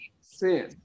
sin